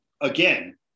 again